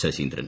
Saseendran